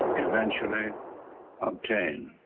eventually obtain